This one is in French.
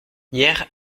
hier